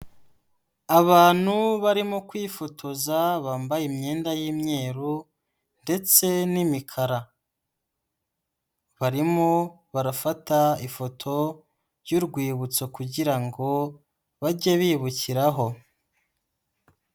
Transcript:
Abantu barimo kwifotoza bambaye imyenda y'imyeru ndetse n'imikara, barimo barafata ifoto y'urwibutso kugira ngo bajye bibukiraho.